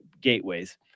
gateways